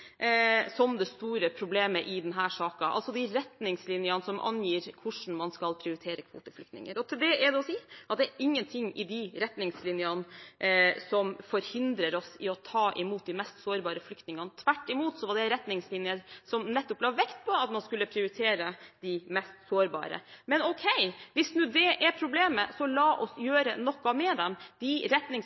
som angir hvordan man skal prioritere kvoteflyktninger. Til det er det å si at det er ingenting i de retningslinjene som forhindrer oss i å ta imot de mest sårbare flyktningene. Tvert imot la man nettopp i de retningslinjene vekt på at man skulle prioritere de mest sårbare. Men ok – hvis det er problemet, la oss gjøre noe med dem.